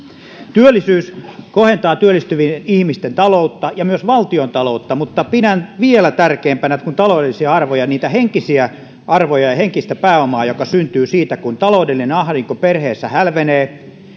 työllisyys kohentaa työllistyvien ihmisten taloutta ja myös valtiontaloutta mutta pidän vielä taloudellisia arvoja tärkeämpinä niitä henkisiä arvoja ja henkistä pääomaa jotka syntyvät siitä kun taloudellinen ahdinko perheessä hälvenee